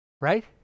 Right